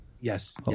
Yes